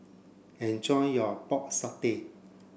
enjoy your pork satay